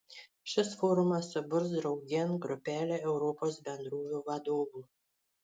šis forumas suburs draugėn grupelę europos bendrovių vadovų